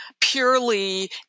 purely